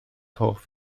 hoff